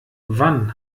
wann